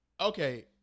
Okay